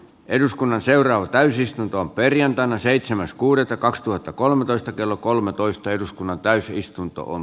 eduskunnan seuraava täysistuntoon perjantaina seitsemäs kuudetta kaksituhattakolmetoista kello kolmetoista eduskunnan täysistuntoon